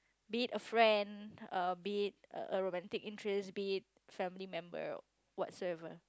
be it a friend um be it a romantic interest be it family member whatsoever